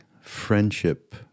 friendship